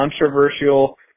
controversial